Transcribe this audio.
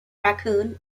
raccoon